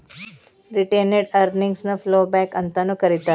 retained earnings ನ ploughback ಅಂತಾನೂ ಕರೇತಾರ